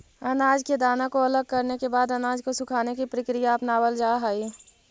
अनाज के दाना को अलग करने के बाद अनाज को सुखाने की प्रक्रिया अपनावल जा हई